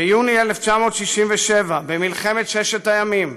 ביוני 1967, במלחמת ששת הימים,